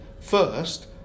first